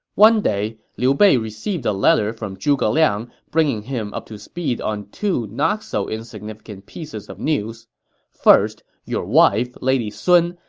one day, liu bei received a letter from zhuge liang bringing him up to speed on two not so insignificant pieces of news first, your wife, wife, lady sun,